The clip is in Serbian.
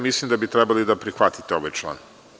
Mislim da bi trebali da prihvatite ovaj član.